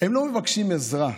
הם לא מבקשים עזרה,